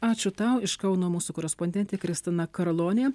ačiū tau iš kauno mūsų korespondentė kristina karlonė